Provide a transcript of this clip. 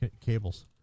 cables